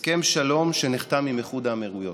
הסכם שלום שנחתם עם איחוד האמירויות.